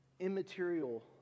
immaterial